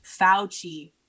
fauci